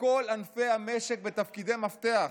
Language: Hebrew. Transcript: בכל ענפי המשק בתפקידי מפתח,